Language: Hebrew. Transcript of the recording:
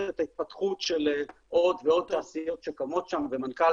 את ההתפתחות של עוד ועוד תעשיות שקמות שם ומנכ"ל